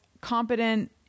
competent